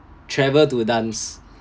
travel to dance